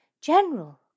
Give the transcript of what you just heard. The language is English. General